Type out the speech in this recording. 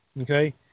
Okay